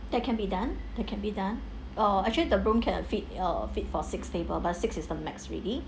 that can be done that can be done ah actually the room can fit uh fit for six table but six is the max already